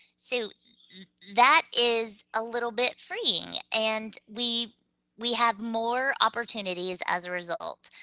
so that is a little bit freeing, and we we have more opportunities as a result.